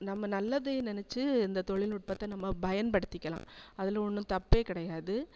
நம்ம நல்லதே நினச்சி இந்த தொழில்நுட்பத்தை நம்ம பயன்படுத்திக்கலாம் அதில் ஒன்றும் தப்பே கிடையாது